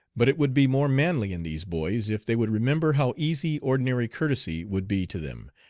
but it would be more manly in these boys, if they would remember how easy ordinary courtesy would be to them,